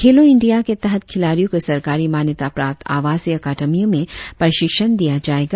खेलों इंडिया के तहत खिलाड़ियों को सरकारी मान्यता प्राप्त आवासीय अकादमियों में प्रशिक्षण दिया जायेगा